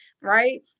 Right